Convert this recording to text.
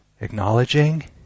acknowledging